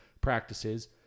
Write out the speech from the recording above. practices